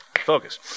Focus